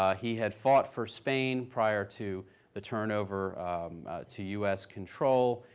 ah he had fought for spain prior to the turnover to u s. control,